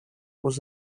was